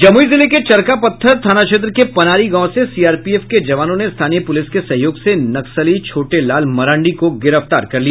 जमुई जिले के चरका पत्थर थाना क्षेत्र के पनारी गांव से सीआरपीएफ के जवानों ने स्थानीय पुलिस के सहयोग से नक्सली छोटे लाल मरांडी को गिरफ्तार किया